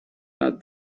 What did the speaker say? than